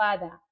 further